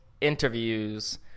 interviews